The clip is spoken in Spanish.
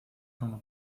como